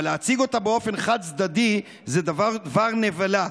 אבל להציג אותה באופן חד-צדדי זה דבר נבלה.